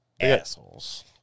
Assholes